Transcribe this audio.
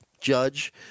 Judge